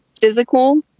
physical